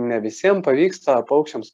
ne visiem pavyksta paukščiams